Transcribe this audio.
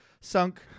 sunk